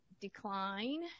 decline